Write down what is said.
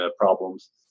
problems